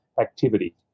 activity